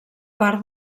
part